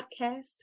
podcast